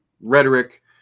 rhetoric